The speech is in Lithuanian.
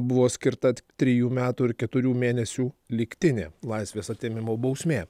buvo skirta trijų metų ir keturių mėnesių lygtinė laisvės atėmimo bausmė